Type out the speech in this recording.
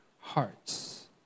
hearts